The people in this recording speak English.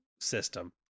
system